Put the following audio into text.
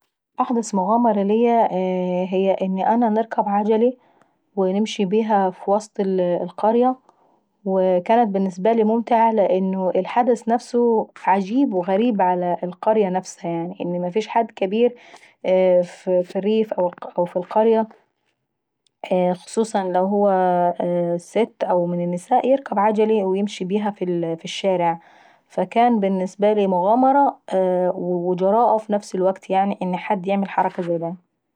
احدث مغامرة ليا ان انا نركب عجلة ونمشي بيها في وسط القرية. وكانت بالنسبة لي ممتعة لان الحد نفسه بيجيب وغريب ع القرية نفسها يعني، لأن مفيش حد كبير أو ايه ف الريف او في القرية خصوصا لو هو ست يركب عجلي ويمشي بيها في الشارع. فكان بالنسبة لي مغامرة وجراءة في نفس الوكت يعناي ان حد يعمل حركة زي داي.